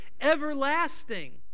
everlasting